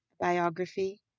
biography